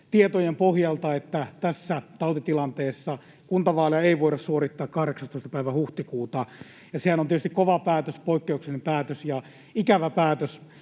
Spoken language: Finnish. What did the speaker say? tietojen pohjalta, että tässä tautitilanteessa kuntavaaleja ei voida suorittaa 18. päivä huhtikuuta, ja sehän on tietysti kova päätös, poikkeuksellinen päätös ja ikävä päätös.